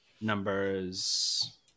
numbers